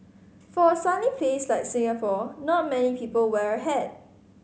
for a sunny place like Singapore not many people wear a hat